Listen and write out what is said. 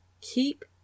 keep